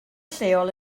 lleol